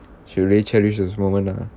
should really cherish those moment ah